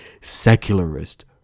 secularist